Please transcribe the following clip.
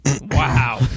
Wow